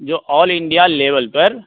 जो all India level पर